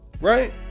right